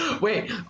Wait